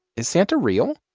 is santa real?